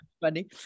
funny